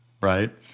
right